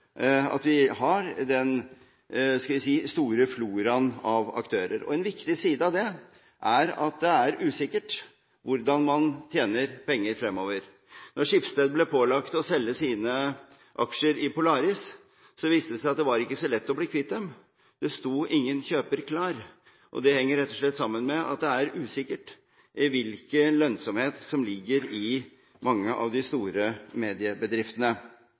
vi si – den store floraen av aktører. En viktig side av det er at det er usikkert hvordan man tjener penger fremover. Da Schibsted ble pålagt å selge sine aksjer i Polaris, viste det seg at det ikke var så lett å bli kvitt dem – det sto ingen kjøper klar. Det henger rett og slett sammen med at det er usikkert hvilken lønnsomhet som ligger i mange av de store mediebedriftene.